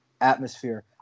atmosphere